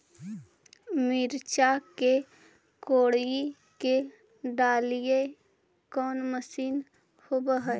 मिरचा के कोड़ई के डालीय कोन मशीन होबहय?